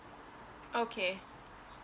okay